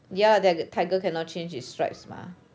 ya that tiger cannot change its stripes mah